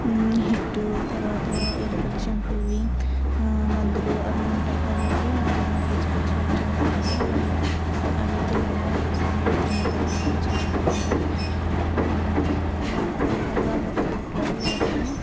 hit తరువాత ఎలుకలు చంపేవి మందులు అవి ఉంటాయి కాబట్టి వాటిని తీసుకొచ్చి ఉంచడం వల్ల అవి తినడానికి వస్తాయి అవి తిన్న తరువాత అవి చచ్చిపోతాయి అదే విధంగా మరుగుదొడ్లలో వాటిలో